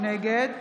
נגד